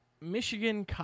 Michigan